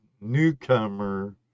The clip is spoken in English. newcomer